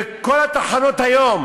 וכל התחנות היום